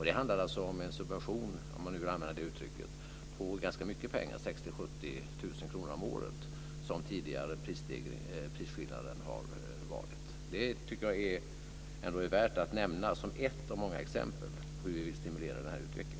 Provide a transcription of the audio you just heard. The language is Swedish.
Det handlar om en subvention, om man vill använda det uttrycket, på ganska mycket pengar: 60 000-70 000 kr om året. Så stor har prisskillnaden varit tidigare. Det tycker jag är värt att nämna som ett av många exempel på hur vi vill stimulera denna utveckling.